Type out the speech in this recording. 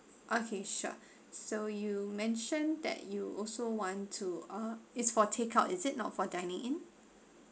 okay sure so you mentioned that you also want to uh it's for take out is it not for dining in